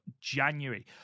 January